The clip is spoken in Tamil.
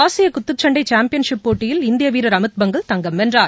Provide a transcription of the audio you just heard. ஆசிய குத்துச்சண்டை சாம்பியன் ஷிப் போட்டியில் இந்திய வீரர் அமீத் பங்கல் தங்கம் வென்றார்